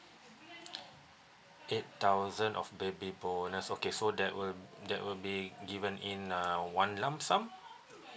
eight thousand of baby bonus okay so that will that will be given in uh one lump sum